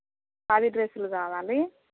పది డ్రెస్సులు కావాలి